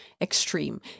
extreme